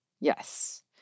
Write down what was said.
Yes